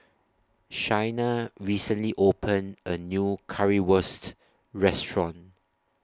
Shayna recently opened A New Currywurst Restaurant